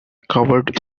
covered